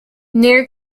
near